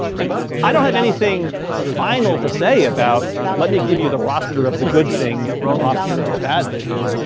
and i don't have anything final to say about, let me give you the roster of the good things and a roster of the bad things.